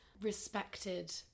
respected